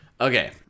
Okay